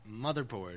motherboard